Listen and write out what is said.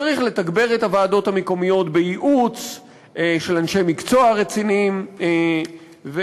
צריך לתגבר את הוועדות המקומיות בייעוץ של אנשי מקצוע רציניים ומקומיים,